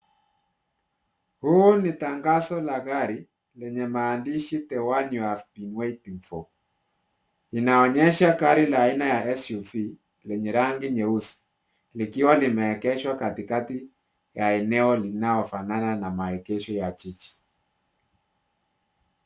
Huu tangazo la gari lenye maandishi the one you've been waiting for . Inaonyesha gari la aina ya SUV lenye rangi nyeusi, likiwa limeegeshwa katikati ya eneo linaofanana na maegesho ya jiji.